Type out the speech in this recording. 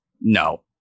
No